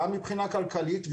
גם מבחינה כלכלית,